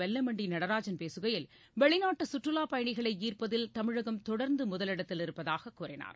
வெல்லமண்டி நடராஜன் பேசுகையில் வெளிநாட்டு சுற்றுலாப் பயணிகளை ஈர்ப்பதில் தமிழகம் தொடர்ந்து முதலிடத்தில் இருப்பதாக கூறினார்